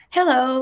Hello